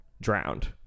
drowned